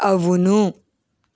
అవును